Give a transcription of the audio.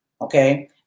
Okay